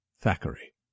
Thackeray